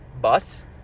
Bus